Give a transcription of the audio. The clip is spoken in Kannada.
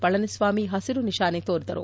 ಪಳನಿಸ್ವಾಮಿ ಹಸಿರು ನಿಶಾನೆ ತೋರಿದರು